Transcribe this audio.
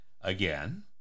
again